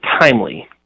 timely